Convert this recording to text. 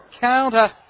counter